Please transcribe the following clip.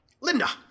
Linda